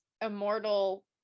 immortal